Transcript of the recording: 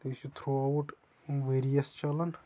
تہٕ یہِ چھُ تھرٛوٗ آوُٹ ؤریس چلان